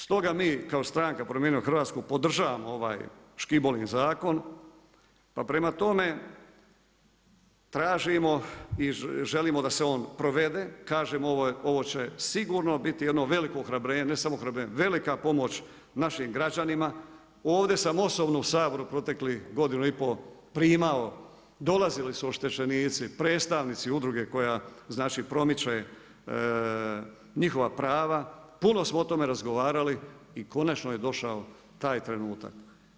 Stoga mi kao stranka Promijenio Hrvatsku podržavamo ovaj Škibolin zakon, pa prema tome, tražimo i želimo da se on provede, kaže ovo će sigurno biti jedno veliko ohrabrenje, ne samo ohrabrenje, velika pomoć našim građanima, ovdje sam osobno u Saboru u proteklih godinu i primao, dolazili su oštećenici, predstavnici udruge koja znači promiče njihova prava, puno smo o tome razgovarali, i konačno je došao taj trenutak.